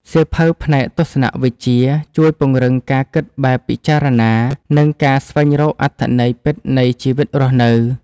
សៀវភៅផ្នែកទស្សនវិជ្ជា ជួយពង្រឹងការគិតបែបពិចារណា និងការស្វែងរកអត្ថន័យពិតនៃជីវិតរស់នៅ។